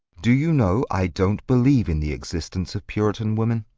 do you know, i don't believe in the existence of puritan women?